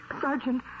Sergeant